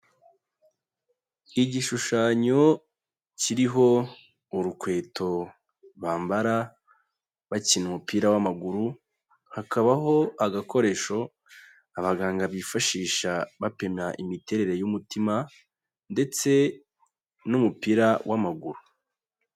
Igishushanyo kiriho urukweto bambara bakina umupira w'amaguru, hakabaho agakoresho abaganga bifashisha bapima imiterere y'umutima ndetse n'umupira w'amaguru.